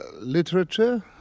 literature